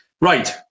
Right